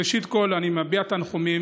ראשית כול אני מביע תנחומים,